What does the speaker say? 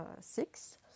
six